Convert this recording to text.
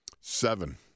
Seven